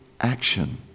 action